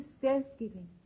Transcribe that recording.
self-giving